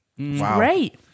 Great